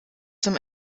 zum